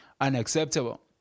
unacceptable